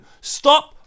stop